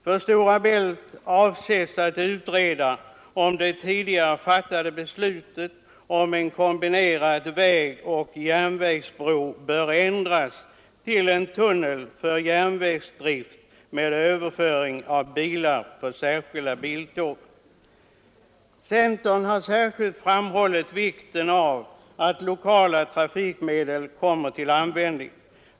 För Stora Bält avses att utreda om det tidigare fattade beslutet om en kombinerad vägoch järnvägsbro bör ändras till en tunnel för järnvägsdrift med överföring av bilar på särskilda biltåg. Centern har särskilt framhållit vikten av att kollektiva trafikmedel kommer till användning.